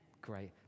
Great